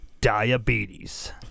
Diabetes